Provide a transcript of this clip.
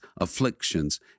afflictions